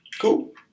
Cool